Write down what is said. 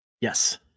Yes